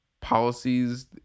policies